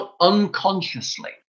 unconsciously